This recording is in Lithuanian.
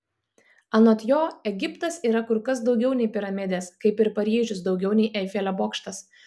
anot jo egiptas yra kur kas daugiau nei piramidės kaip ir paryžius daugiau nei eifelio bokštas